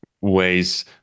ways